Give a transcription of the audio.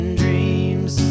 dreams